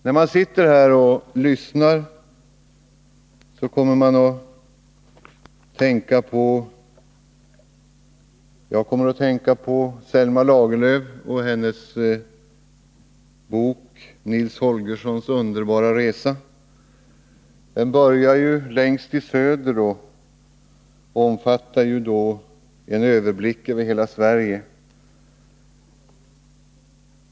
När jag sitter här och lyssnar kommer jag att tänka på Selma Lagerlöf och hennes bok ”Nils Holgerssons underbara resa genom Sverige”. Resan börjar längst i söder och ger en överblick över hela Sverige.